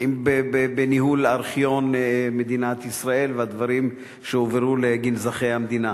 בניהול ארכיון מדינת ישראל והדברים שהועברו לגנזכי המדינה.